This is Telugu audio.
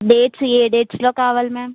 డేట్స్ ఏ డేట్స్లో కావాలి మ్యామ్